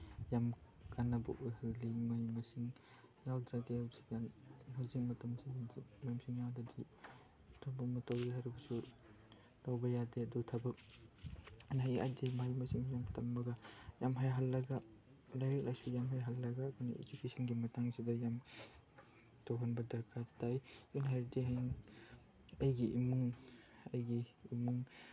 ꯌꯥꯝ ꯀꯥꯅꯕ ꯑꯣꯏꯍꯜꯂꯤ ꯃꯍꯩ ꯃꯁꯤꯡ ꯌꯥꯎꯗ꯭ꯔꯗꯤ ꯍꯧꯖꯤꯛꯀꯥꯟ ꯍꯧꯖꯤꯛ ꯃꯇꯝꯁꯤꯗ ꯃꯍꯩ ꯃꯁꯤꯡ ꯌꯥꯎꯗ꯭ꯔꯗꯤ ꯊꯕꯛ ꯑꯃ ꯇꯧꯒꯦ ꯍꯥꯏꯔꯕꯁꯨ ꯇꯧꯕ ꯌꯥꯗꯦ ꯑꯗꯨ ꯊꯕꯛ ꯍꯌꯦꯡ ꯑꯩꯗꯤ ꯃꯍꯩ ꯃꯁꯤꯡ ꯌꯥꯝ ꯇꯝꯃꯒ ꯌꯥꯝ ꯍꯩꯍꯜꯂꯒ ꯂꯥꯏꯔꯤꯛ ꯂꯥꯏꯁꯨ ꯌꯥꯝ ꯍꯩꯍꯜꯂꯒ ꯏꯖꯨꯀꯦꯁꯟꯒꯤ ꯃꯇꯥꯡꯁꯤꯗ ꯌꯥꯝ ꯇꯧꯍꯟꯕ ꯗꯔꯀꯥꯔ ꯇꯥꯏ ꯑꯩꯅ ꯍꯥꯏꯕꯗꯤ ꯍꯌꯦꯡ ꯑꯩꯒꯤ ꯏꯃꯨꯡ ꯑꯩꯒꯤ ꯏꯃꯨꯡ